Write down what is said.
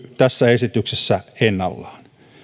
tässä esityksessä ennallaan